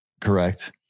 Correct